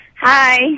Hi